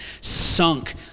sunk